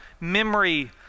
memory